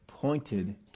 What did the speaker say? Pointed